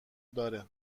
داره